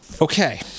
Okay